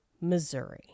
Missouri